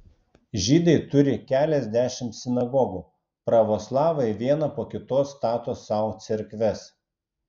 žydai turi keliasdešimt sinagogų pravoslavai vieną po kitos stato sau cerkves